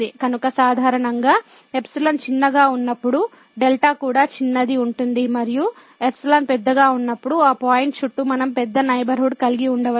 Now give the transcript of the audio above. కనుక సాధారణంగా ϵ చిన్నగా ఉన్నప్పుడు δ కూడా చిన్నది ఉంటుంది మరియు ϵ పెద్దగా ఉన్నప్పుడు ఆ పాయింట్ చుట్టూ మనం పెద్ద నైబర్హుడ్ కలిగి ఉండవచ్చు